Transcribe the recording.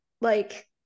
like-